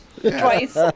Twice